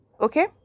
Okay